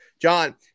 John